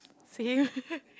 serious